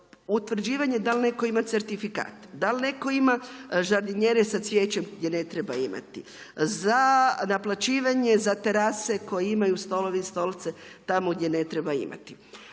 utvrđivanje dal netko ima certifikat. Dal netko ima žardinjere sa cvijećem gdje ne treba imati. Za naplaćivanje za terase koji imaju stolove i stolce tamo gdje ne treba imati.